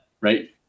right